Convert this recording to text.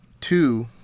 two